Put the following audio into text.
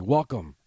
Welcome